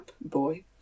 boy